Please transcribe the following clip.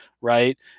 right